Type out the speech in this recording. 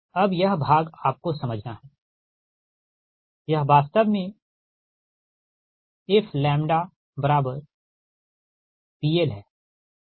अब यह भाग आपको समझना है यह वास्तव में है fPL हैं ठीक